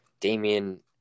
Damian